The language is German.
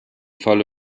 falle